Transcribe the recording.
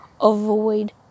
avoid